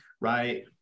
Right